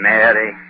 Mary